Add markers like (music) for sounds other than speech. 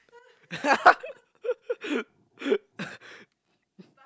(laughs)